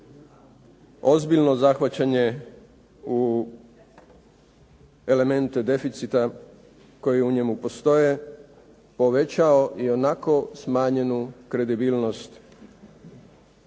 ozbiljno zahvaćanje u elemente deficita koji u njemu postoje povećao ionako smanjenu našu kredibilnost